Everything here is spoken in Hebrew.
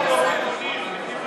מה יצביעו יוצאי מרוקו ותוניס,